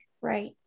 Right